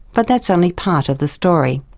but that's only part of the story.